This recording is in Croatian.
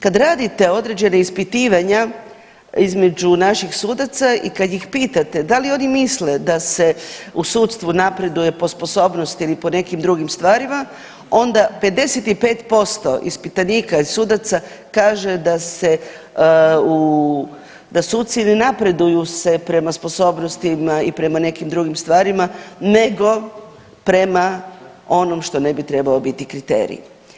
Kad radite određena ispitivanja između naših sudaca i kada ih pitate da li oni misle da se u sudstvu napreduje po sposobnosti ili po nekim drugim stvarima onda 55% ispitanika i sudaca kaže da suci ne napreduju prema sposobnostima i prema nekim drugim stvarima nego prema onom što ne bi trebao biti kriterij.